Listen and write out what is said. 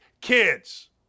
kids